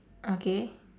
okay